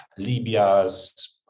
Libyas